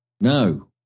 No